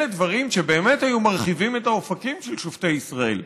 אלה דברים שבאמת היו מרחיבים את האופקים של שופטי ישראל.